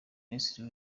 minisitiri